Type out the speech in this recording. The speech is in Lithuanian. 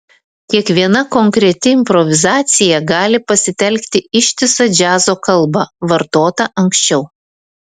kiekviena konkreti improvizacija gali pasitelkti ištisą džiazo kalbą vartotą anksčiau